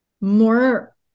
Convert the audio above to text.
more